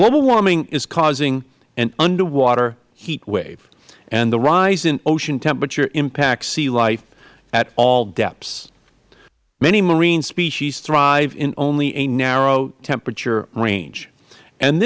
warming is causing an underwater heat wave and the rise in ocean temperature impacts sea life at all depths many marine species thrive in only a narrow temperature range and